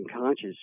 conscious